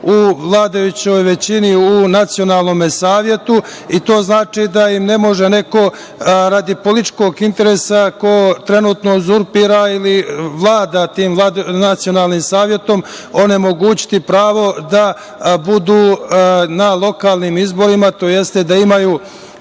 u vladajućoj većini, u nacionalnom savetu i to znači da im ne može neko, radi političkog interesa onog ko trenutno uzurpira ili vlada tim nacionalnim savetom, onemogućiti da budu na lokalnim izborima tj. da imaju